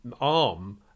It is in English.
arm